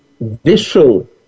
visual